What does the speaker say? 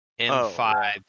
M5